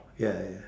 ya ya